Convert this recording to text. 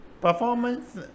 Performance